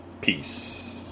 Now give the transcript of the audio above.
Peace